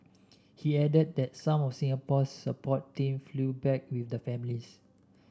he added that some of Singapore's support team flew back with the families